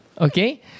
okay